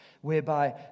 whereby